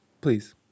Please